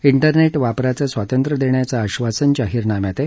internet वापराचं स्वातंत्र्य देण्याचं आश्वासन जाहीरनाम्यात आहे